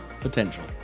potential